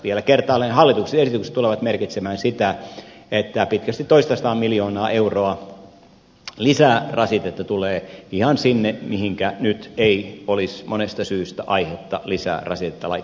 vielä kertaalleen hallituksen esitykset tulevat merkitsemään sitä että pitkästi toistasataa miljoonaa euroa lisää rasitetta tulee ihan sinne mihinkä nyt ei olisi monesta syystä aihetta lisää rasitetta laittaa